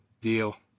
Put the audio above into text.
Deal